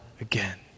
again